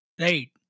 Right